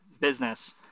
business